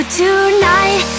tonight